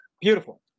Beautiful